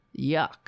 Yuck